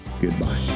goodbye